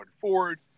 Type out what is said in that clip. forward